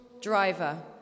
driver